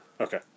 Okay